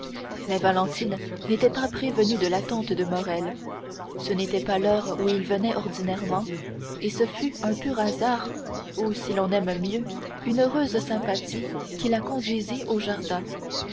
mais valentine n'était pas prévenue de l'attente de morrel ce n'était pas l'heure où il venait ordinairement et ce fut un pur hasard ou si l'on aime mieux une heureuse sympathie qui la conduisit au jardin